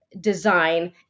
design